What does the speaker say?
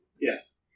Yes